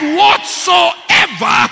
whatsoever